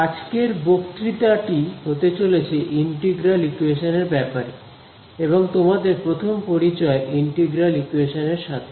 আজকের বক্তৃতাটি হতে চলেছে ইন্টিগ্রাল ইকোয়েশন এর ব্যাপারে এবং তোমাদের প্রথম পরিচয় ইন্টিগ্রাল ইকোয়েশন এর সাথে